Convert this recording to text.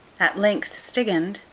at length stigand,